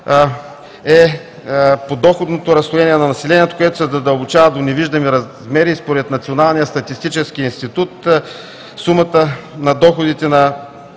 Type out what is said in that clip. е подоходното разслоение на населението, което се задълбочава до невиждани размери. Според Националния статистически институт сумата на доходите на